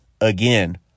again